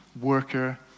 worker